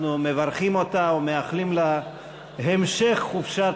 אנחנו מברכים אותה ומאחלים לה המשך חופשת